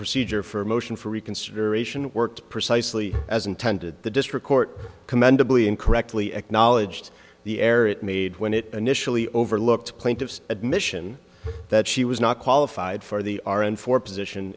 procedure for a motion for reconsideration worked precisely as intended the district court commendably incorrectly acknowledged the air it made when it initially overlooked plaintiff's admission that she was not qualified for the r n for position